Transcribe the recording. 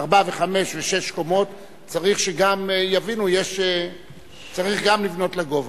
ארבע, חמש ושש קומות, צריך גם לבנות לגובה.